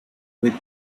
with